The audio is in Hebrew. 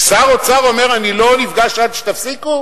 שר אוצר אומר "אני לא נפגש עד שתפסיקו"?